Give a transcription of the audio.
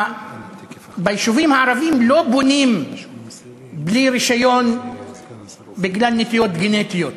ביישובים הערביים לא בונים בלי רישיון בגלל נטיות גנטיות,